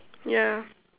ya